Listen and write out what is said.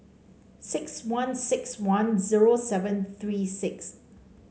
six one six one zero seven three six